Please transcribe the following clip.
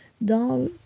dans